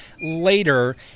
later